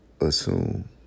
assume